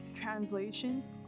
translations